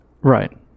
Right